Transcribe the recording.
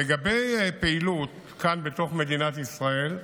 לגבי פעילות כאן, בתוך מדינת ישראל,